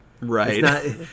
Right